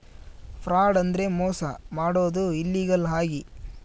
fraud ಅಂದ್ರೆ ಮೋಸ ಮಾಡೋದು ಇಲ್ಲೀಗಲ್ ಆಗಿ